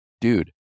dude